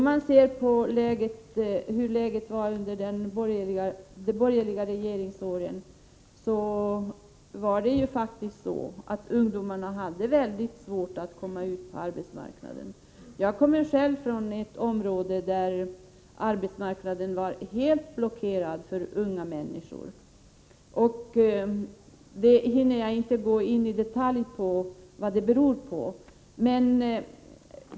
Fru talman! Under de borgerliga regeringsåren hade ungdomarna mycket svårt att komma ut på arbetsmarknaden. Jag kommer själv från ett område där arbetsmarknaden var helt blockerad för unga människor — jag hinner inte gå in i detalj på vad det beror på.